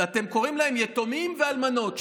אתם קוראים להם יתומים ואלמנות.